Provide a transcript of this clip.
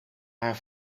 haar